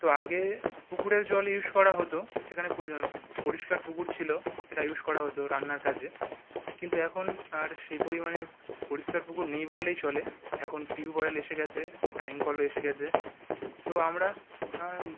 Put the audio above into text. তো আগে পুকুরের জল ইউস করা হতো সেখানে প্রয়োজন পরিষ্কার পুকুর ছিলো সেটা ইউস করা হতো রান্নার কাজে কিন্তু এখন আর সেই পরিমাণে পরিষ্কার পুকুর নেই বললেই চলে এখন টিউবওয়েল এসে গেছে টাইম কলও এসে গেছে তো আমরা আর